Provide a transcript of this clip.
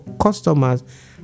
customers